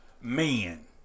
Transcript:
man